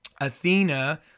Athena